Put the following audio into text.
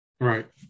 Right